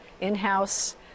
in-house